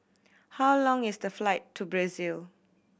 how long is the flight to Brazil